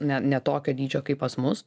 ne ne tokio dydžio kaip pas mus